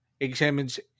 examines